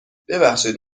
ببخشید